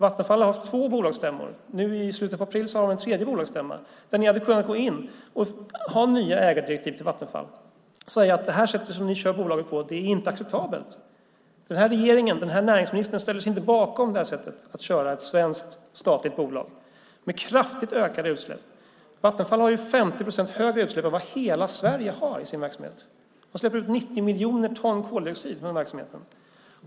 Vattenfall har haft två bolagsstämmor, och nu i slutet på april har det en tredje bolagsstämma. Ni hade kunnat gå in och ha nya ägardirektiv till Vattenfall och säga: Det sätt som ni kör bolaget på är inte acceptabelt. Den här näringsministern ställer sig inte bakom det sättet att bedriva verksamhet i ett svenskt statligt bolag med kraftigt ökade utsläpp. Vattenfall har 50 procent högre utsläpp än vad hela Sverige har i sin verksamhet. Det släpper ut 90 ton koldioxid från den verksamheten.